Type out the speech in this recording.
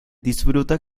disfruta